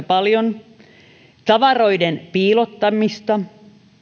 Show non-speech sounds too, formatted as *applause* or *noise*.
*unintelligible* paljon tavaroiden piilottamista